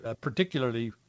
particularly